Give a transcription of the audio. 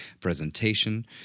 presentation